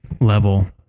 level